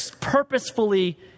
purposefully